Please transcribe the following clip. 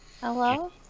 Hello